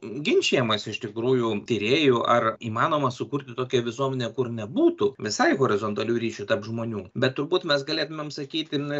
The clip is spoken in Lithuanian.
ginčijamasi iš tikrųjų tyrėjų ar įmanoma sukurti tokią visuomenę kur nebūtų visai horizontalių ryšių tarp žmonių bet turbūt mes galėtumėm sakyt kad na